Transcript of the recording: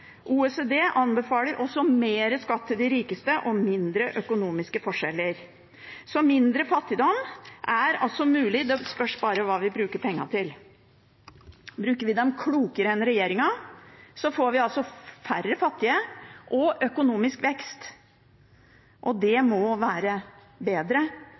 OECD anbefaler også mer skatt til de rikeste og mindre økonomiske forskjeller. Så mindre fattigdom er altså mulig. Det spørs bare hva vi bruker pengene til. Bruker vi dem klokere enn regjeringen, får vi færre fattige og økonomisk vekst, og det må være bedre